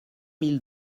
mille